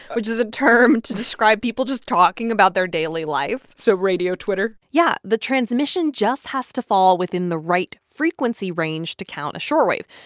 which is a term to describe people just talking about their daily life so radio twitter yeah. the transmission just has to fall within the right frequency range to count a shortwave,